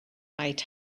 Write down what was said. might